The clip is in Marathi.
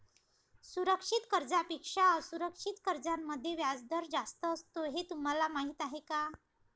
सुरक्षित कर्जांपेक्षा असुरक्षित कर्जांमध्ये व्याजदर जास्त असतो हे तुम्हाला माहीत आहे का?